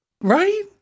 Right